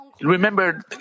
Remember